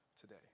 today